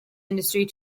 industry